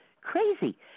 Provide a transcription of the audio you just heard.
Crazy